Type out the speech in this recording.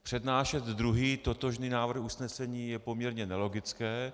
Přednášet druhý totožný návrh usnesení je poměrně nelogické.